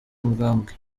mugambwe